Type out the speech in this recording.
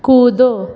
कूदो